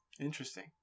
Interesting